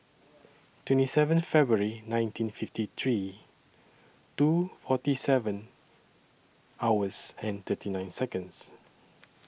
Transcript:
twenty seventh February nineteen fifty three two forty seven hours and thirty nine Seconds